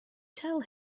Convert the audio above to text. tell